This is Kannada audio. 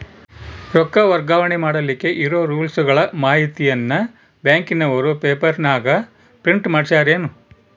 ರೊಕ್ಕ ವರ್ಗಾವಣೆ ಮಾಡಿಲಿಕ್ಕೆ ಇರೋ ರೂಲ್ಸುಗಳ ಮಾಹಿತಿಯನ್ನ ಬ್ಯಾಂಕಿನವರು ಪೇಪರನಾಗ ಪ್ರಿಂಟ್ ಮಾಡಿಸ್ಯಾರೇನು?